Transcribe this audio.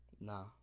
Nah